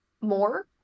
more